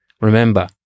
Remember